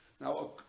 Now